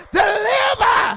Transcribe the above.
deliver